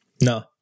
No